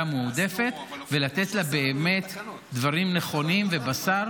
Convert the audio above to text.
המועדפת ולתת לה באמת דברים נכונים ובשר.